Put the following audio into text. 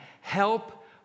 Help